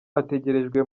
ategerejwe